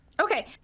Okay